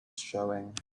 showing